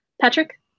Patrick